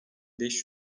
beş